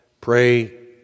pray